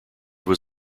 was